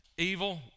evil